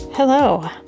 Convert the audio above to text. Hello